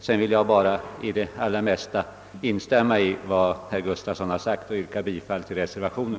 Sedan vill jag instämma i det allra mesta av vad herr Gustavsson i Alvesta har sagt och yrkar bifall till reservationen.